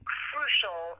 crucial